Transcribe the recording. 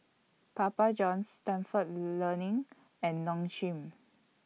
Papa Johns Stalford Learning and Nong Shim